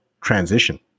transition